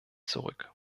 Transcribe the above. zurück